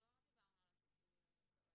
אנחנו לא דיברנו על הטיפול כרגע.